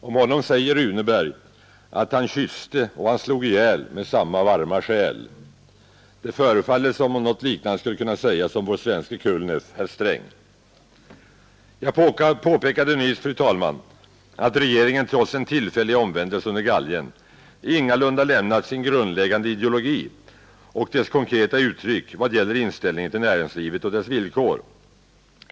Om honom säger Runeberg att ”han kysste och han slog ihjäl med samma varma själ”. Det förefaller som om något liknande skulle kunna sägas om vår svenske Kulneff, herr Sträng. Jag påpekade nyss, fru talman, att regeringen, trots sin tillfälliga omvändelse under galgen, ingalunda lämnat sin grundläggande ideologi och dess konkreta uttryck i vad gäller inställningen till näringslivet och dess villkor.